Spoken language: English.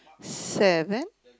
seven